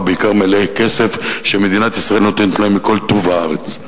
ובעיקר מלאי כסף שמדינת ישראל נותנת להם מכל טוב הארץ.